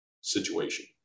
situation